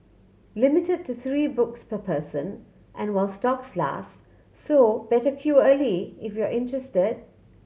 limited to three books per person and while stocks last so better queue early if you're interested